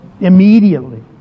Immediately